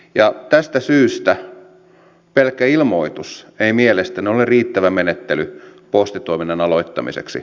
tästä syystä pelkkä ilmoitus ei mielestäni ole riittävä menettely postitoiminnan aloittamiseksi